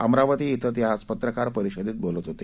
Amravati Shinde आज पत्रकार परिषदेत बोलत होते